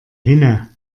hinne